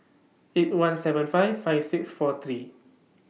eight one seven five five six four three